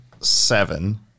seven